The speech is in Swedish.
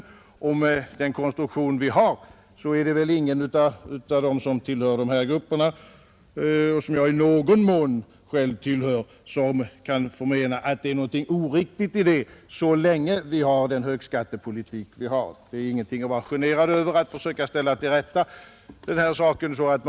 Med den konsumtion vi har kan väl ingen som tillhör de grupper som jag i någon mån själv tillhör förmena att det är något oriktigt i detta, så länge vi har den högskattepolitik vi har. Man behöver inte vara generad över att man försöker ställa dessa saker till rätta.